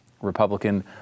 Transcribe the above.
Republican